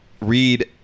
read